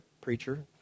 preacher